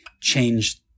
change